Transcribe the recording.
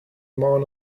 amount